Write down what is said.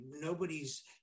Nobody's